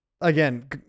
again